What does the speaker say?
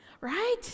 Right